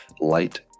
Light